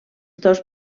dos